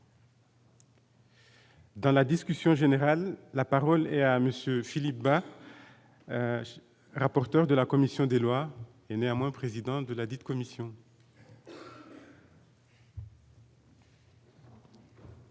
Dans la discussion générale, la parole est à monsieur Philippe Bas, rapporteur de la commission des lois, et néanmoins président de ladite commission.